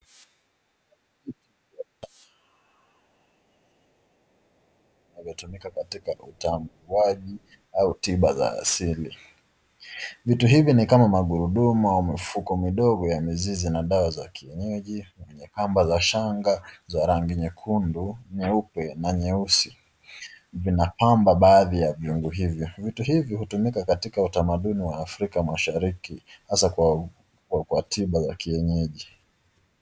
Vinavyotumika katika utamuwaji au tiba za asili. Vitu hivi ni kama magurudumu au mifuko midogo ya mizizi na dawa za kienyeji. Wenye kamba za shanga za rangi nyekundu, nyeupe na nyeusi, vinapamba baadhi ya viungo hivyo. Vitu hivi hutumika katika utamaduni wa Afrika Mashariki, hasa kwa kwa tiba za kienyeji.